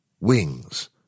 wings